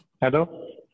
Hello